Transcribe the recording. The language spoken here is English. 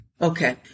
Okay